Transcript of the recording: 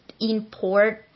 import